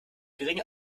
geringe